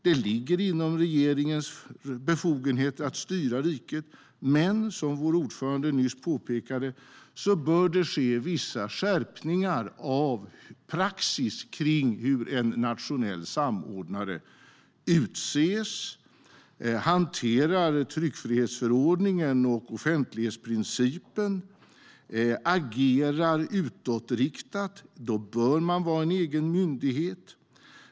Det ligger inom regeringens befogenheter att styra riket, men som vår ordförande nyss påpekade bör det ske vissa skärpningar av praxis när det gäller hur en nationell samordnare utses, hanterar tryckfrihetsförordningen och offentlighetsprincipen samt hur en samordnare agerar utåt - då bör man vara egen myndighet.